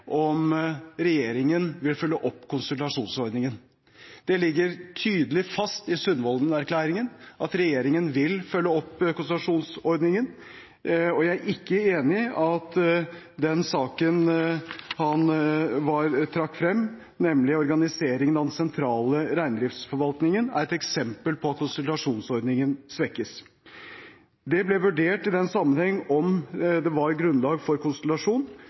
om regjeringen vil følge opp konsultasjonsordningen. Det ligger tydelig fast i Sundvolden-erklæringen at regjeringen vil følge opp konsultasjonsordningen, og jeg er ikke enig i at den saken han trakk frem, nemlig organiseringen av den sentrale reindriftsforvaltningen, er et eksempel på at konsultasjonsordningen svekkes. Det ble vurdert i den sammenheng om det var grunnlag for